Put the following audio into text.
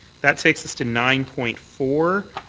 that takes us to nine point four.